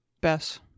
Bess